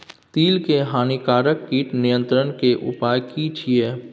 तिल के हानिकारक कीट नियंत्रण के उपाय की छिये?